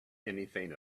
anything